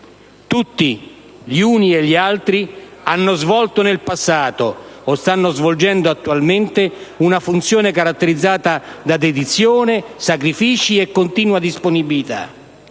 Tutti, gli uni e gli altri, hanno svolto in passato o stanno svolgendo attualmente una funzione caratterizzata da dedizione, sacrifici e continua disponibilità,